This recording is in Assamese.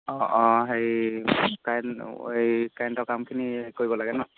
অঁ অঁ হেৰি কাৰেন্ট অঁ এই কাৰেন্টৰ কামখিনি কৰিব লাগে ন